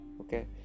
Okay